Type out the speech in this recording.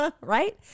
Right